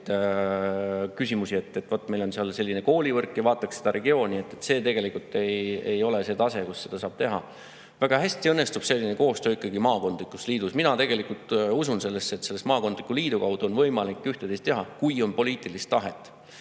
küsimusi, et vaat meil on seal selline koolivõrk ja vaataks seda regiooni. See tegelikult ei ole see tase, kus seda saab teha. Väga hästi õnnestub selline koostöö ikkagi maakondlikus liidus. Mina tegelikult usun sellesse, et maakondliku liidu kaudu on võimalik ühte-teist teha, kui on poliitilist tahet.